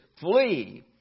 flee